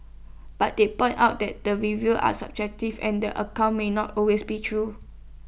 but they pointed out that the reviews are subjective and the accounts may not always be true